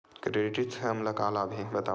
Credit से हमला का लाभ हे बतावव?